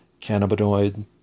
cannabinoid